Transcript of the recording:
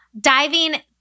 diving